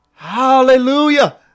Hallelujah